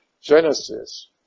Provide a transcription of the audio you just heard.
Genesis